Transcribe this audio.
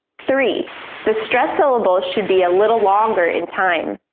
three the stressed syllable should be a little longer in time.